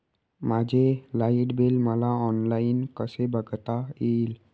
माझे light bill मला online कसे बघता येईल?